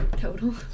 Total